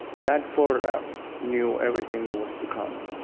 that photograph knew everything that was to come,